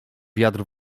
wiatr